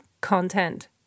content